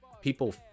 People